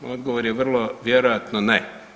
Odgovor je vrlo vjerojatno ne.